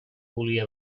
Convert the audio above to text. volia